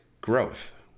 growth